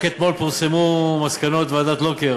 רק אתמול פורסמו מסקנות ועדת לוקר,